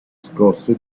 scosse